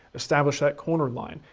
establish that corner line.